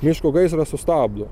miško gaisrą sustabdo